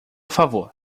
favor